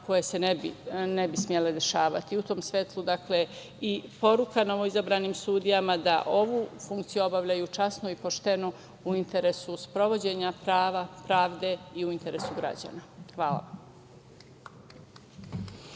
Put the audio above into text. koje se ne bi smele dešavati.U tom svetlu i poruka novoizabranim sudijama da ovu funkciju obavljaju časno i pošteno u interesu sprovođenja prava, pravde i u interesu građana. Hvala.